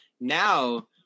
Now